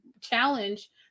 challenge